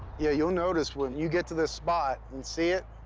yeah you'll notice when you get to this spot and see it,